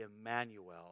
Emmanuel